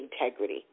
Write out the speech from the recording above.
integrity